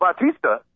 Batista